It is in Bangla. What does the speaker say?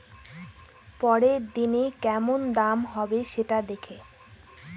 পরের দিনের কেমন দাম হবে, সেটা দেখে